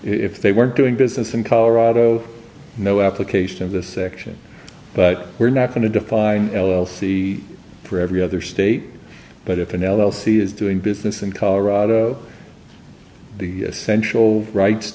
if they weren't doing business in colorado no application of the section but we're not going to define l l c for every other state but if an l l c is doing business in colorado the essential rights